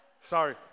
Sorry